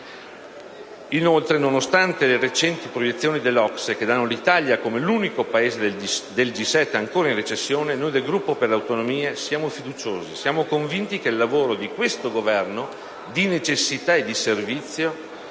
ICI. Nonostante le recenti proiezioni dell'OCSE che danno l'Italia come unico Paese del G7 ancora in recessione, noi del Gruppo Per le Autonomie siamo fiduciosi. Siamo convinti infatti che il lavoro di questo Governo di necessità e di servizio